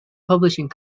publishing